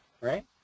right